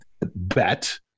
bet